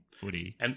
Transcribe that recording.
footy